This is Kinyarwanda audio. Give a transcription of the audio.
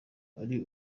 ari